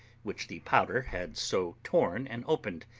which the powder had so torn and opened,